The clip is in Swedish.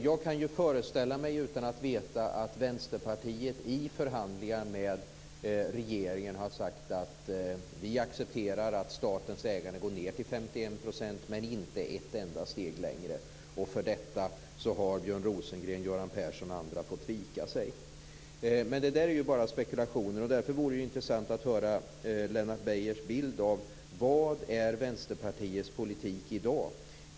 Jag kan föreställa mig, utan att veta, att Vänsterpartiet i förhandlingar med regeringen har sagt att man accepterar att statens ägande går ned till 51 %, men inte ett enda steg längre. För detta har Björn Rosengren, Göran Persson och andra fått vika sig. Men det är bara spekulationer, och därför vore det intressant att höra Lennart Beijers bild av Vänsterpartiets politik i dag.